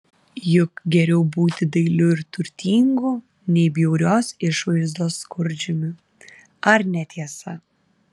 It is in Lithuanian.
juk geriau būti dailiu ir turtingu nei bjaurios išvaizdos skurdžiumi ar ne tiesa